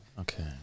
okay